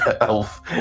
elf